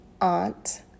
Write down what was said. aunt